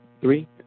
three